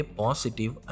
positive